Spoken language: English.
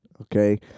Okay